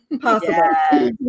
Possible